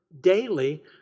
daily